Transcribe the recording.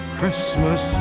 Christmas